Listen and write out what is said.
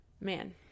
man